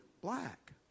black